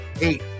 eight